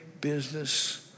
business